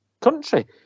country